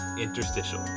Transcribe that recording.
Interstitial